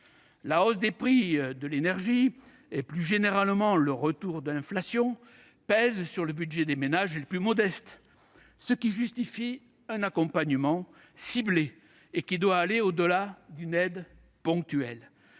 La hausse des prix de l'énergie et plus généralement le retour de l'inflation pèsent sur le budget des ménages les plus modestes, ce qui justifie un accompagnement ciblé, qui doit aller au-delà d'une aide ponctuelle.